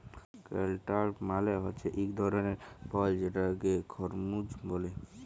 cantaloupe মালে হছে ইক ধরলের ফল যেটাকে খরমুজ ব্যলে